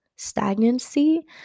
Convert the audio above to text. stagnancy